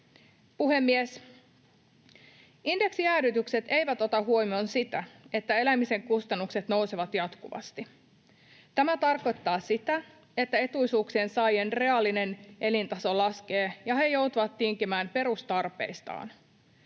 Puhemies! Indeksijäädytykset eivät ota huomioon sitä, että elämisen kustannukset nousevat jatkuvasti. Tämä tarkoittaa sitä, että etuisuuksien saajien reaalinen elintaso laskee ja he joutuvat tinkimään perustarpeistaan.